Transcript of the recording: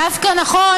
מה?